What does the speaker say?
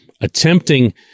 attempting